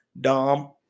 dom